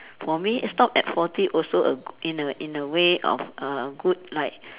for me stop at forty also a in a in a way of uh good like